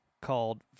called